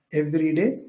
everyday